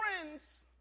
friends